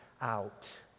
out